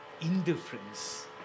Indifference